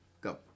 Go